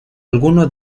alguno